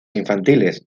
infantiles